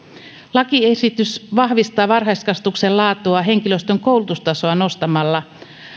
lakiesitys vahvistaa varhaiskasvatuksen laatua henkilöstön koulutustasoa nostamalla